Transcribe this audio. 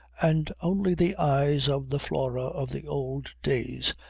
and only the eyes of the flora of the old days,